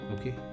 okay